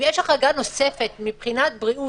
אופטיקה ופארמה נוסף משל"ט,